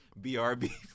Brb